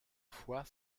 fois